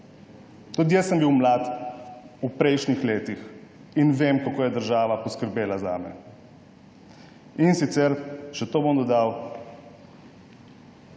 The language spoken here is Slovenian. Tudi jaz sem bil mlad v prejšnjih letih in vem, kako je država poskrbela zame. Še to bom dodal,